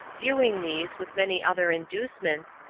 viewing these, with many other inducements,